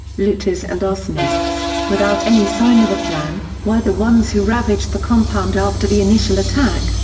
looters and arsonists, without any sign of a plan, were the ones who ravaged the compound after the initial attack,